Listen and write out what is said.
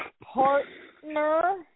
partner